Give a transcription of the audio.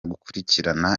gukurikirana